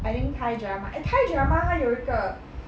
I mean thai drama eh thai drama 它有一个